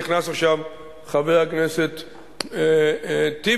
נכנס עכשיו חבר הכנסת טיבי,